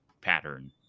pattern